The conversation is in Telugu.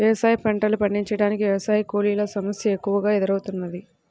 వ్యవసాయ పంటలు పండించటానికి వ్యవసాయ కూలీల సమస్య ఎక్కువగా ఎదురౌతున్నది